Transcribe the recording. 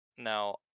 Now